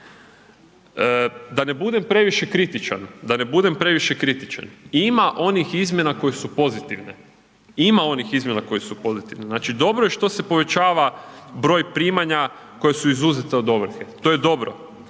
koje su pozitivne, ima one izmjene koje su pozitivne. Znači dobro je što se povećava broj primanja koja su izuzeta od ovrhe, to je dobro.